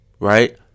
Right